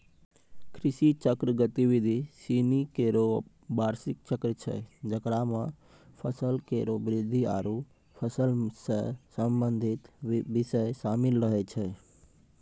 कृषि चक्र गतिविधि सिनी केरो बार्षिक चक्र छै जेकरा म फसल केरो वृद्धि आरु फसल सें संबंधित बिषय शामिल रहै छै